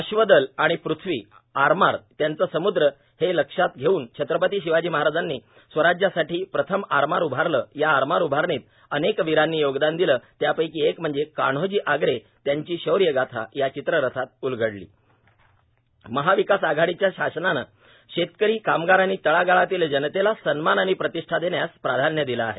अश्वदल त्यांची पृथ्वी आणि आरमार त्यांचा समुद्रश् हे लक्षात घेऊन छत्रपती शिवाजी महाराजांनी स्वराज्यासाठी प्रथम आरमार उभारलं या आरमार उभारणीत अनेक वीरांनी योगदान दिलं त्यापैकी एक म्हणजे कान्होजी आंग्रे त्यांची शौर्यगाथा या चित्ररथात उलगडली महाविकास आघाडीच्या शासनाने शेतकरी कामगार आणि तळागाळातील जनतेला सन्मान आणि प्रतिष्ठा देण्यास प्राधान्य दिले आहे